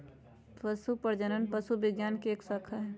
पशु प्रजनन पशु विज्ञान के एक शाखा हई